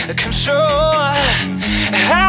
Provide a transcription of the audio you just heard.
control